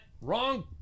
Wrong